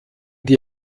die